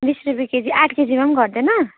बिस रुप्पे केजी आठ केजीमा घट्दैन